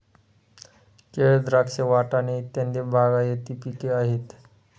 केळ, द्राक्ष, वाटाणे इत्यादी बागायती पिके आहेत